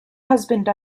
husband